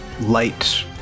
light